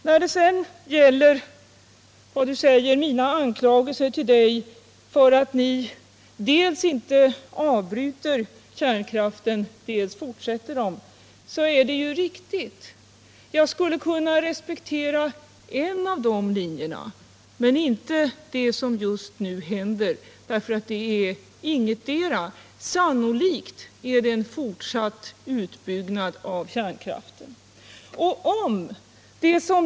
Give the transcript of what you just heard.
När det gäller mina anklagelser mot dig för att ni dels inte har avbrutit kärnkraftsverksamheten, dels fortsätter den så är de riktiga. Jag skulle kunna respektera en av de linjerna, men inte det som just nu händer, för det är ingendera. Sannolikt innebär det som händer en fortsatt utbyggnad av kärnkraften men med enormt ökade kostnader och sysselsättningsproblem.